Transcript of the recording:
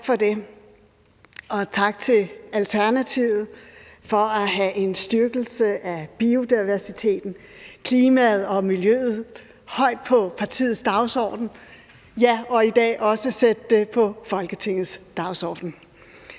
Tak for det, og tak til Alternativet for at have en styrkelse af biodiversiteten, klimaet og miljøet højt på partiets dagsorden og i dag også at sætte det på Folketingets dagsorden.